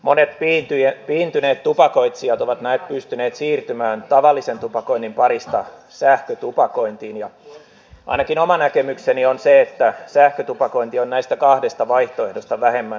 monet piintyneet tupakoitsijat ovat näet pystyneet siirtymään tavallisen tupakoinnin parista sähkötupakointiin ja ainakin oma näkemykseni on se että sähkötupakointi on näistä kahdesta vaihtoehdosta vähemmän huono